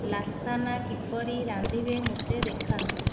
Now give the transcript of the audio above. lasagna କିପରି ରାନ୍ଧିବେ ମୋତେ ଦେଖାନ୍ତୁ